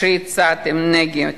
שיצאתם נגד